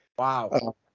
Wow